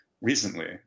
recently